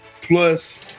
plus